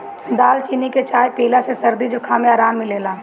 दालचीनी के चाय पियला से सरदी जुखाम में आराम मिलेला